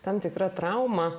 tam tikra trauma